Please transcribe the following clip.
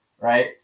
right